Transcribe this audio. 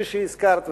כפי שהזכרת,